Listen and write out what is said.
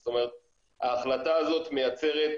זאת אומרת ההחלטה הזאת תייצר